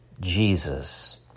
Jesus